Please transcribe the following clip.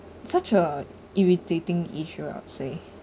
such a irritating issue I'll say